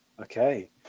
Okay